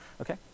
Okay